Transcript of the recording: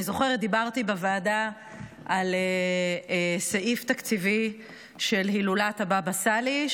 אני זוכרת שדיברתי בוועדה על סעיף תקציבי של הילולת הבבא סאלי,